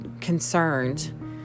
concerned